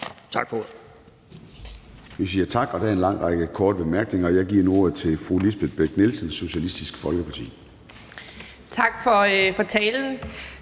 Tak for ordet.